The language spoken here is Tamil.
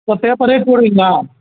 ஒரு பேப்பர் ரேட் போடுவீங்களா